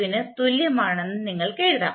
ന് തുല്യമാണെന്ന് നിങ്ങൾക്ക് എഴുതാം